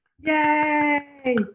Yay